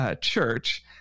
church